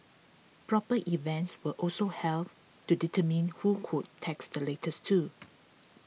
proper events were also held to determine who could text the fastest too